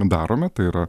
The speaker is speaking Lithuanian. darome tai yra